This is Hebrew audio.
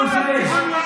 אני התגייסתי.